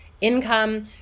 income